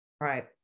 right